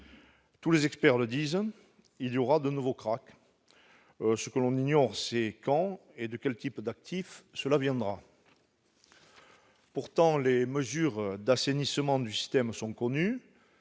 Tous les experts le disent : il y aura de nouveaux krachs. La seule chose que l'on ignore, c'est quand et de quel type d'actifs cela viendra. Pourtant, les mesures d'assainissement du système sont connues